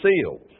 sealed